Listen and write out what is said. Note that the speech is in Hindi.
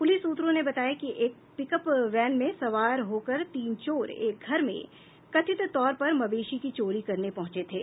पूलिस सूत्रों ने बताया कि एक पिकअप वैन में सवार होकर तीन चोर एक घर में कथित तौर पर मवेशी की चोरी करने पहुंचे थे